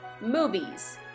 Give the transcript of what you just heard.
Movies